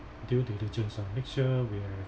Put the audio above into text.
due diligence lah make sure we have